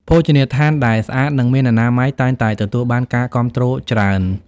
ភោជនីយដ្ឋានដែលស្អាត និងមានអនាម័យតែងតែទទួលបានការគាំទ្រច្រើន។